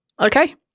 Okay